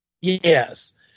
Yes